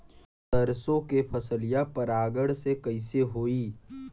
सरसो के फसलिया परागण से कईसे होई?